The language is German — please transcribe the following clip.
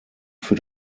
für